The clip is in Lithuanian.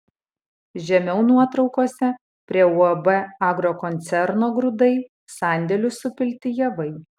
žemiau nuotraukose prie uab agrokoncerno grūdai sandėlių supilti javai